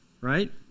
Right